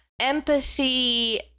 empathy